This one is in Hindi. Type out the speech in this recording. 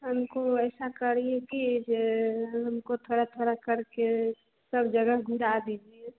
हमको ऐसा करिए कि जे हमको थोड़ा थोड़ा करके सब जगह घुरा दीजिए